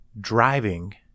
driving